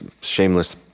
shameless